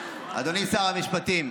אדוני שר המשפטים,